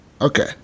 Okay